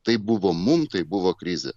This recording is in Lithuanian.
taip buvo mum tai buvo krizė